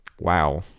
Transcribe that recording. Wow